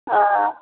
अ